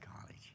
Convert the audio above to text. College